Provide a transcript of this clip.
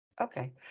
Okay